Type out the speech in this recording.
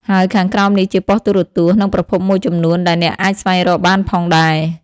ហើយខាងក្រោមនេះជាប៉ុស្តិ៍ទូរទស្សន៍ និងប្រភពមួយចំនួនដែលអ្នកអាចស្វែងរកបានផងដែរ។